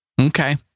Okay